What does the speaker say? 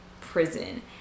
prison